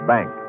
Bank